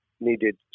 needed